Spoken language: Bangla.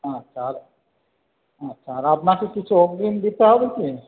আচ্ছা আর আচ্ছা আর আপনাকে কিছু অগ্রিম দিতে হবে কি